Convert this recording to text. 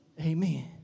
Amen